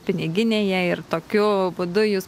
piniginėje ir tokiu būdu jūs